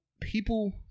people